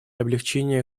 облегчения